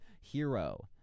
hero